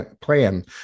plan